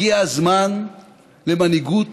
הגיע הזמן למנהיגות